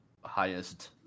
highest